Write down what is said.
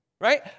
right